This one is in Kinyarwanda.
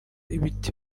ibiti